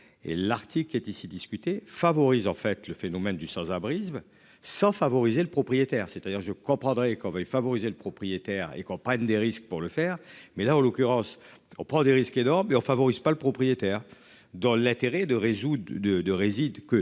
l'Arctique est ici. Écoutez favorise en fait le phénomène du sans-abrisme sans favoriser le propriétaire, c'est-à-dire je comprendrais qu'on veuille favoriser le propriétaire et qu'on prenne des risques pour le faire mais là en l'occurrence, on prend des risques énormes et favorise pas le propriétaire dans l'intérêt de résoudre de de réside que